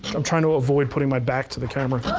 i'm trying to avoid putting my back to the camera.